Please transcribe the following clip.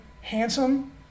handsome